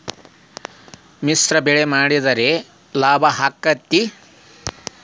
ಮಿಶ್ರ ಬೆಳಿ ಮಾಡಿದ್ರ ಲಾಭ ಆಕ್ಕೆತಿ?